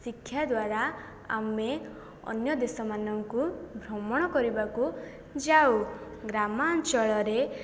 ଶିକ୍ଷାଦ୍ୱାରା ଆମେ ଅନ୍ୟ ଦେଶମାନଙ୍କୁ ଭ୍ରମଣ କରିବାକୁ ଯାଉ ଗ୍ରାମାଞ୍ଚଳରେ